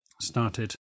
started